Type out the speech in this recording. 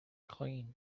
clean